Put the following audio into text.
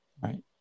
right